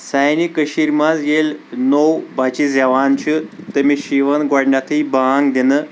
سانہٕ کٔشیٖر منٛز ییٚلہِ نوٚو بچہٕ زٮ۪وان چھ تٔمِس چھِ یِوان گۄڈنیٚتھٕے بانگ دِنہٕ